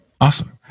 awesome